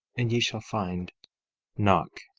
and ye shall find knock,